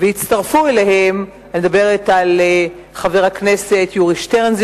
ואני מדברת על חבר הכנסת יורי שטרן,